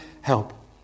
help